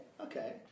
Okay